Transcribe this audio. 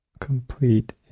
Complete